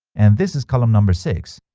and this is column number six